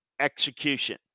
execution